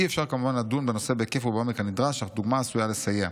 אי-אפשר כמובן לדון בנושא בהיקף ובעומק הנדרש אך דוגמה עשויה לסייע.